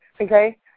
Okay